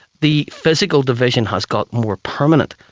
the physical division has gotten more permanent.